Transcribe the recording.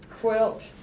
quilt